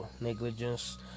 negligence